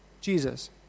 Jesus